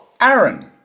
Aaron